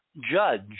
judge